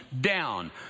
down